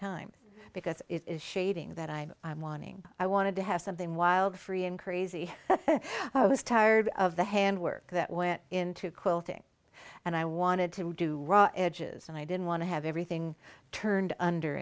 times because it's shading that i'm wanting i wanted to have something wild free and crazy i was tired of the hand work that went into quilting and i wanted to do raw edges and i didn't want to have everything turned under